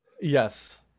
yes